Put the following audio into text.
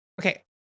Okay